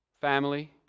family